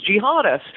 jihadists